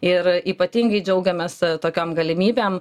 ir ypatingai džiaugiamės tokiom galimybėm